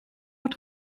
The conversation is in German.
und